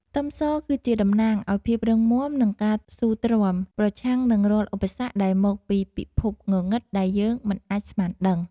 ខ្ទឹមសគឺជាតំណាងឱ្យភាពរឹងមាំនិងការស៊ូទ្រាំប្រឆាំងនឹងរាល់ឧបសគ្គដែលមកពីពិភពងងឹតដែលយើងមិនអាចស្មានដឹង។